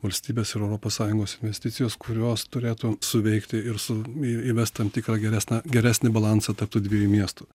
valstybės ir europos sąjungos investicijos kurios turėtų suveikti ir su įvest tam tikrą geresnę geresnį balansą tarp tų dviejų miestų